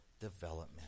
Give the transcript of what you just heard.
development